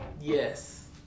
Yes